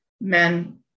men